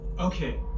Okay